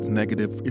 negative